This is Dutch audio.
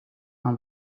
aan